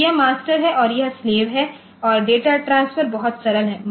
तो यह मास्टर है और यह स्लेव है और डेटा ट्रांसफर बहुत सरल है